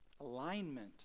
alignment